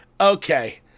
okay